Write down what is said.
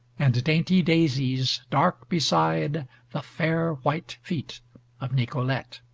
and dainty daisies, dark beside the fair white feet of nicolete!